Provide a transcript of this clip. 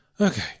Okay